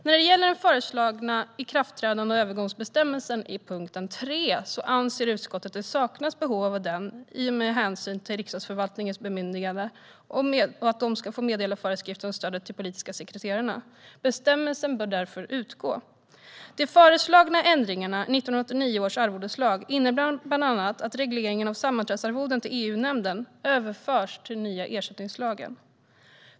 När det gäller den föreslagna ikraftträdande och övergångsbestämmelsen i punkt 3 anser utskottet att det saknas behov av den med hänsyn till Riksdagsförvaltningens bemyndigande att meddela föreskrifter om stödet till de politiska sekreterarna. Bestämmelsen bör därför utgå. De föreslagna ändringarna i 1989 års arvodeslag innebär bland annat att regleringen av sammanträdesarvoden till EU-nämnden överförs till den nya ersättningslagen.